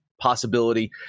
possibility